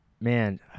man